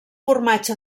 formatge